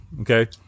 Okay